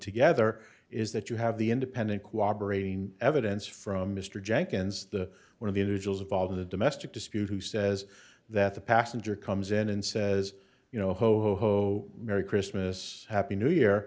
together is that you have the independent cooperating evidence from mr jenkins the one of the individuals involved in a domestic dispute who says that the passenger comes in and says you know whoa whoa whoa merry christmas happy new year